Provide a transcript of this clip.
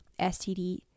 STD